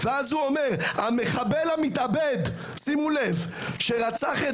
ואז הוא אומר: "המחבל המתאבד שרצח את